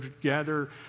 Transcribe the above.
gather